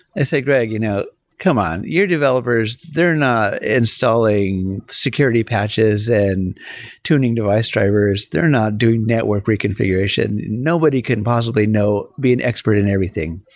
they say, greg, you know come on! your developers, they're not installing security patches and tuning device drivers. they're not doing network reconfiguration. nobody can possibly be an expert in everything.